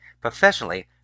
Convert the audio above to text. Professionally